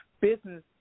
business